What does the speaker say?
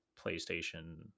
PlayStation